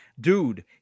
Dude